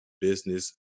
business